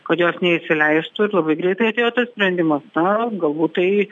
kad jos neįsileistų ir labai greitai atėjo tas sprendimas na galbūt tai